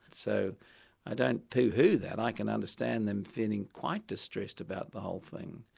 so i don't pooh-hoo that, i can understand them feeling quite distressed about the whole thing.